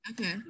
Okay